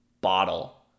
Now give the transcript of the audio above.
bottle